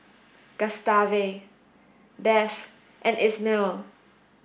Gustave Beth and Ismael